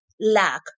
lack